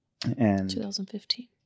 2015